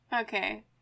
Okay